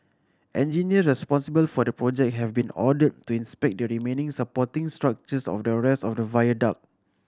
engineers responsible for the project have been ordered to inspect the remaining supporting structures of the rest of the viaduct